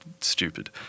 stupid